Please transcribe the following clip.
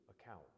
account